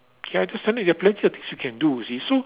okay I just tell you you have plenty of things you can do you see so